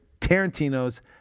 Tarantino's